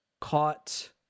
caught